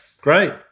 great